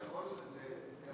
אדוני היושב-ראש,